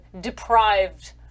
deprived